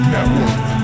Network